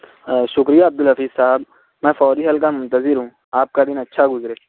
ہاں شکریہ عبد الحفیظ صاحب میں فوری حل کا منتظر ہوں آپ کا دن اچھا گزرے